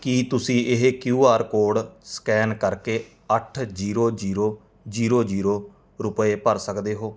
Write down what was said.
ਕੀ ਤੁਸੀਂ ਇਹ Q R code scan ਕਰ ਕੇ ਅੱਠ ਜੀਰੋ ਜੀਰੋ ਜੀਰੋ ਜੀਰੋ ਰੁਪਏ ਭਰ ਸਕਦੇ ਹੋ